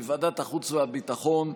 בוועדת החוץ והביטחון,